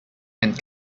and